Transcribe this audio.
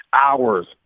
hours